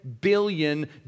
billion